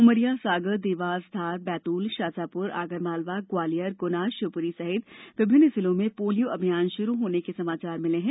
उमरिया सागर देवास धार बैतूल शाजापुर आगरमालवा ग्वालियर गुना शिवपुरी सहित विभिन्न जिलों में पोलियो अभियान शुरू होने के समाचार मिले हैं